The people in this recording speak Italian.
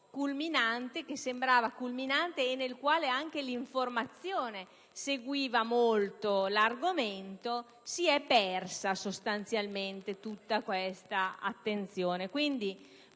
il momento che sembrava culminante e nel quale anche l'informazione seguiva molto l'argomento, si è persa, sostanzialmente, tutta questa attenzione. Quindi,